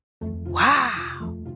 Wow